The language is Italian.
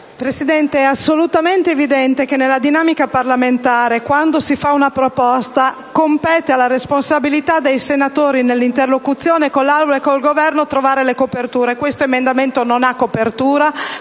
parlamentare, eassolutamente evidente che, quando si fa una proposta, compete alla responsabilita dei senatori nell’interlocuzione con l’Aula e il Governo trovare le coperture. Questo emendamento non ha copertura.